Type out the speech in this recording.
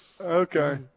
Okay